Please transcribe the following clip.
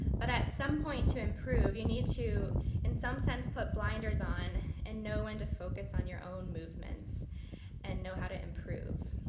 but at some point to improve, you need to in some sense put blinders on, and know when to focus on your own movements and know how to improve.